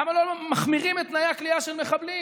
למה לא מחמירים את תנאי הכליאה של מחבלים?